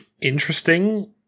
interesting